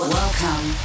Welcome